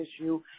issue